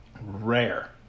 rare